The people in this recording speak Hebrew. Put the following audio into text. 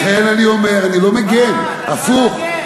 לכן אני אומר, אני לא מגן, הפוך.